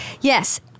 Yes